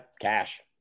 Cash